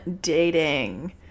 dating